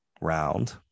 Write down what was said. round